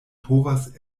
povas